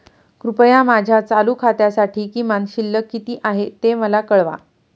कृपया माझ्या चालू खात्यासाठी किमान शिल्लक किती आहे ते मला कळवा